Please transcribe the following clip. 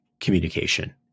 communication